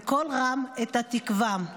בקול רם את התקווה /